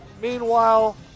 Meanwhile